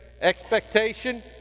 expectation